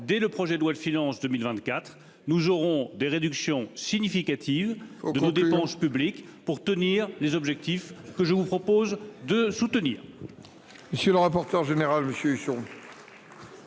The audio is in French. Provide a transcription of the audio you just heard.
dès le projet de loi le finance 2024, nous aurons des réductions significatives de nos dépenses publiques pour tenir les objectifs que je vous propose de soutenir.